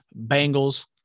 Bengals